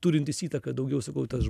turintis įtaką daugiau sakau tas